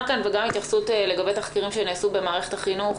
כאן וגם התייחסות לגבי תחקירים שנעשו במערכת החינוך